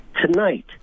Tonight